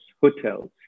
hotels